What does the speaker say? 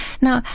Now